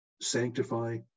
sanctify